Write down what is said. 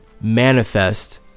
Manifest